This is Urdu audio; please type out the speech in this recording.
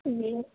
جی